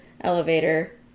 elevator